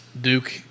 Duke